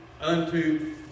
unto